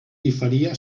diferia